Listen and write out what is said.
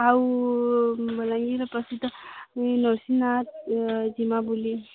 ଆଉ ବାଲାଙ୍ଗୀର୍ର ପ୍ରସିଦ୍ଧ ନୃସିଙ୍ଗନାଥ ଯିମା ବୁଲି